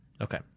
Okay